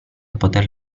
poter